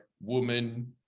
woman